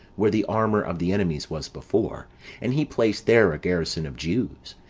where the armour of the enemies was before and he placed there a garrison of jews.